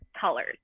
colors